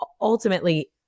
Ultimately